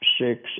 six